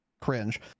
cringe